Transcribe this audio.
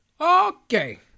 Okay